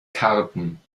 karten